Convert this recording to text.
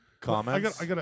Comments